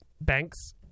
banks